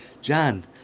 John